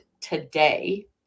today